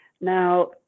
Now